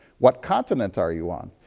what continent are you on?